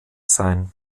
sein